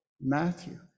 Matthew